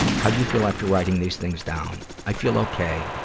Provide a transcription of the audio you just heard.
how do you feel after writing these things down? i feel okay.